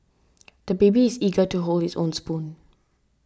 the baby is eager to hold his own spoon